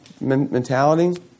mentality